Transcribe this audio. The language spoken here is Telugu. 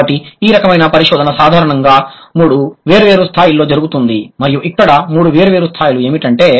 కాబట్టి ఈ రకమైన పరిశోధన సాధారణంగా మూడు వేర్వేరు స్థాయిలలో జరుగుతుంది మరియు ఇక్కడ మూడు వేర్వేరు స్థాయిలు ఏమిటంటే